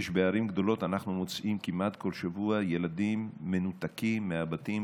בערים גדולות אנחנו מוצאים כמעט כל שבוע ילדים מנותקים מהבתים,